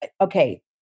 okay